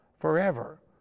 forever